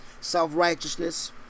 Self-righteousness